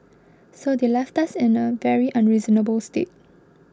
so they left us in a very unreasonable state